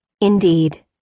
Indeed